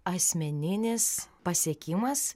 asmeninis pasiekimas